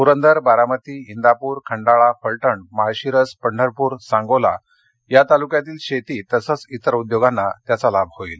पुरंदर बारामती इंदापूर खंडाळा फलटण माळशिरस पंढरपूर सांगोला या तालुक्यातील शेती तसंच इतर उद्योगांना त्याचा लाभ होईल